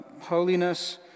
holiness